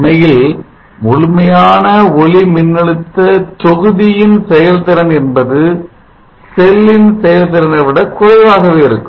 உண்மையில் முழுமையான ஒளிமின்னழுத்த தொகுதியின் செயல்திறன் என்பது செல்லின் செயல் திறனை விட குறைவாகவே இருக்கும்